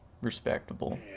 Respectable